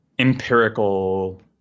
empirical